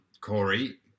Corey